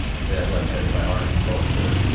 that, that's headed by arlene foster,